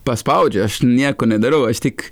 paspaudžiu aš nieko nedarau aš tik